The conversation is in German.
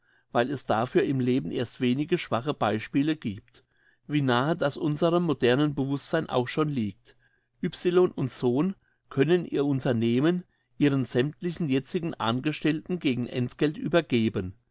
weil es dafür im leben erst wenige schwache beispiele gibt wie nahe das unserem modernen bewusstsein auch schon liege y sohn können ihr unternehmen ihren sämmtlichen jetzigen angestellten gegen entgelt übergeben